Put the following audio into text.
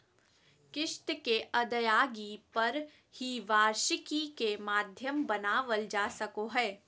किस्त के अदायगी पर ही वार्षिकी के माध्यम बनावल जा सको हय